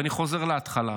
ואני חוזר להתחלה.